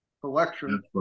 collection